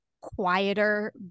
quieter